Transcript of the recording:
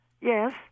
Yes